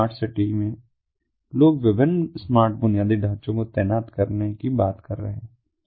इसलिए smart city में लोग विभिन्न स्मार्ट बुनियादी ढांचे को तैनात करने की बात कर रहे हैं